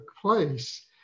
place